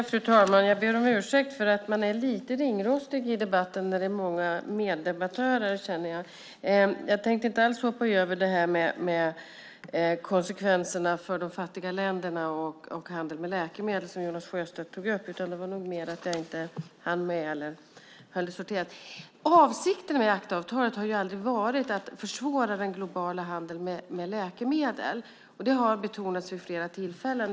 Fru talman! Jag ber om ursäkt för att jag är lite ringrostig i debatten när det är många meddebattörer. Jag tänkte inte alls hoppa över konsekvenserna för de fattiga länderna och handeln med läkemedel som Jonas Sjöstedt tog upp, utan det var mer så att jag inte hann med det och inte hade det riktigt sorterat. Avsikten med ACTA-avtalet har aldrig varit att försvåra den globala handeln med läkemedel. Det har betonats vid flera tillfällen.